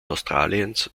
australiens